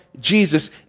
Jesus